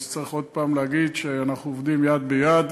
צריך עוד פעם להגיד שאנחנו עובדים יד ביד,